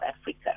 Africa